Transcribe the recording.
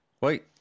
Wait